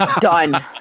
Done